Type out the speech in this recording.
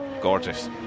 gorgeous